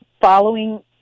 following